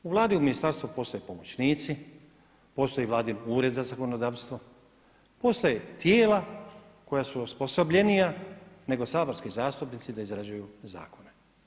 U Vladi i ministarstvu postoje pomoćnici, postoji vladin Ured za zakonodavstvo, postoje tijela koja su osposobljenija nego saborski zastupnici da izrađuju zakone.